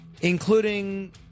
including